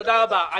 תודה רבה.